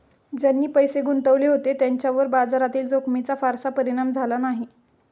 ज्यांनी पैसे गुंतवले होते त्यांच्यावर बाजारातील जोखमीचा फारसा परिणाम झाला नाही